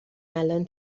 الان